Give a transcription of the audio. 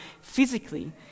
physically